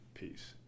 peace